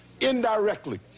indirectly